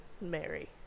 Mary